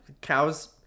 cows